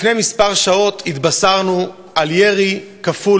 לפני כמה שעות התבשרנו על ירי כפול